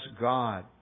God